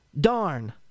Darn